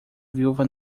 viúva